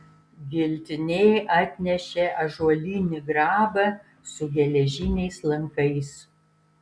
giltinė atnešė ąžuolinį grabą su geležiniais lankais